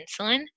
insulin